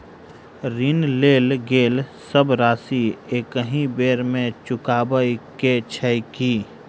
ऋण लेल गेल सब राशि एकहि बेर मे चुकाबऽ केँ छै की?